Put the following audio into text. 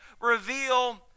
reveal